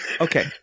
Okay